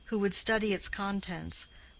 who would study its contents,